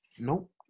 nope